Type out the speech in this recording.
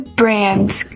brands